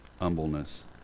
humbleness